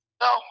No